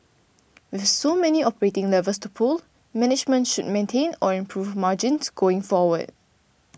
with so many operating levers to pull management should maintain or improve margins going forward